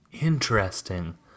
Interesting